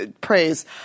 praise